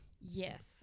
Yes